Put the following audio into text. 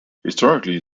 historically